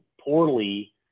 poorly